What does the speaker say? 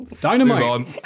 Dynamite